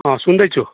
अँ सुन्दैछु